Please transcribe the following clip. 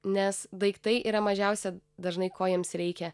nes daiktai yra mažiausia dažnai ko jiems reikia